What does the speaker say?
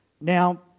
now